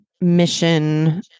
mission